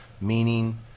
meaning